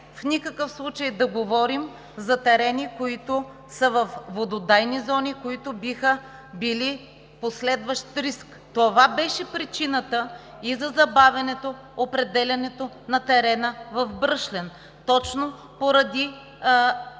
в никакъв случай да говорим за терени, които са във вододайни зони, които биха били последващ риск. Това беше причината и за забавянето на определянето на терена в Бръшлен – точно поради